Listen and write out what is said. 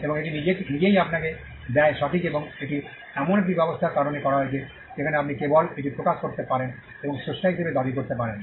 এবং এটি নিজেই আপনাকে দেয় সঠিক এবং এটি এমন একটি ব্যবস্থার কারণে করা হয়েছে যেখানে আপনি কেবল এটি প্রকাশ করতে পারেন এবং স্রষ্টা হিসাবে দাবি করতে পারেন